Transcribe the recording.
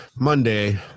Monday